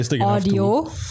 audio